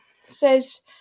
says